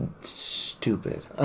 stupid